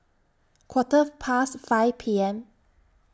Quarter Past five P M